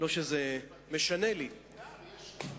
לא שזה משנה לי, אבל זה פתיר, זה כבר נפתר.